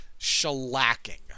shellacking